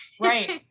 Right